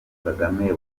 kagame